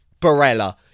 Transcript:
Barella